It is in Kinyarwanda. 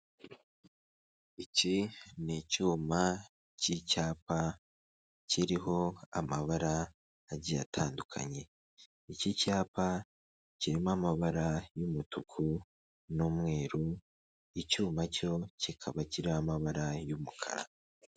Iki ni icyuma cy'icyapa kiriho amabara agiye atandukanye, iki cyapa kirimo amabara y'umutuku n'umweru, icyuma cyo kikaba kiriho amabara y'umukara.